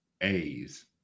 a's